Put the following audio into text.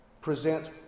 presents